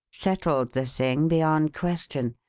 settled the thing beyond question.